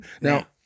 Now